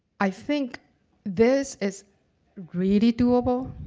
i think this is really doable.